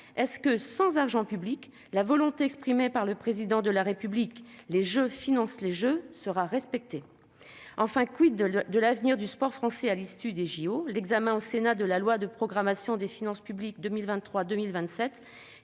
d'euros. Sans argent public, la volonté exprimée par le Président de la République- « Les jeux financent les jeux » -sera-t-elle respectée ? Enfin, de l'avenir du sport français à l'issue des JO ? L'examen au Sénat du projet de loi de programmation des finances publiques pour